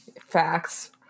Facts